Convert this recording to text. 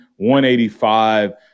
185